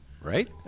Right